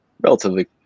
relatively